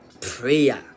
prayer